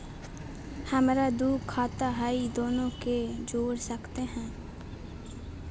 हमरा दू खाता हय, दोनो के जोड़ सकते है?